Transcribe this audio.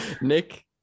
Nick